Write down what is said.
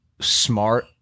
smart